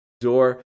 door